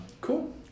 Cool